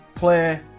play